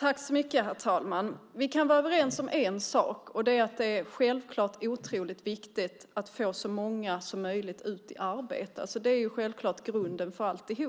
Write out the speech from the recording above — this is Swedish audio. Herr talman! Vi kan vara överens om en sak, nämligen att det självklart är otroligt viktigt att få så många som möjligt i arbete. Det är självklart grunden för allt. Jag